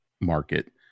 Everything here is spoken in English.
market